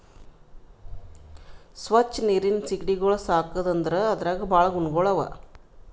ಸ್ವಚ್ ನೀರಿನ್ ಸೀಗಡಿಗೊಳ್ ಸಾಕದ್ ಅಂದುರ್ ಅದ್ರಾಗ್ ಭಾಳ ಗುಣಗೊಳ್ ಅವಾ